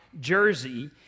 jersey